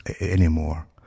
anymore